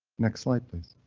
next slide, please.